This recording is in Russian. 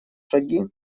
шаги